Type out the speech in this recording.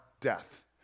death